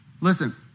Listen